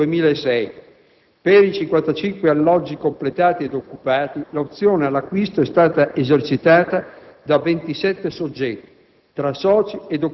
A novembre 2006 per i 55 alloggi completati ed occupati l'opzione all'acquisto è stata esercitata da 27 soggetti